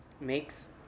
makes